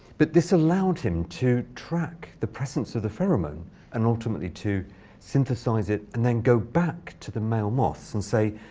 but this allowed him to track the presence of the pheromone and, ultimately, to synthesize it and then go back to the male moths and say,